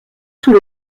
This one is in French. sous